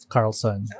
Carlson